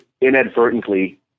inadvertently